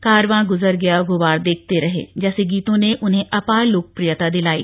कारवां गुजर गया गुजर देखते रहे जैसे गीतों ने उन्हें अपार लोकप्रियता दिलाई